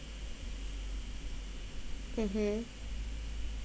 mmhmm